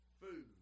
food